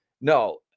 no